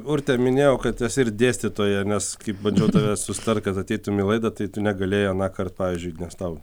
urte minėjau kad esi ir dėstytoja nes kai bandžiau tave susitart kad ateitum į laidą tai tu negalėjai anąkart pavyzdžiui nes tau